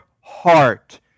heart